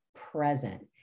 present